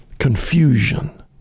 confusion